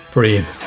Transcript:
Breathe